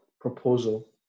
proposal